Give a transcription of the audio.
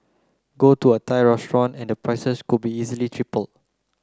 go to a Thai restaurant and the prices could easily be tripled